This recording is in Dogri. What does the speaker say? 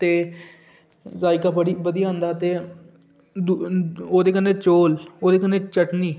ते जायका बड़ा बधिया होंदा ते ओह्दे ओह् कन्नै चौल ओह्दे कन्नै चटनी